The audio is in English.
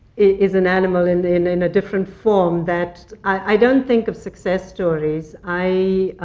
is an animal and in in a different form, that i don't think of success stories. i